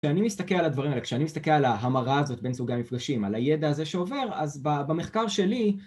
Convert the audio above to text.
כשאני מסתכל על הדברים האלה, כשאני מסתכל על ההמרה הזאת בין סוגי המפגשים, על הידע הזה שעובר, אז ב... במחקר שלי